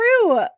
true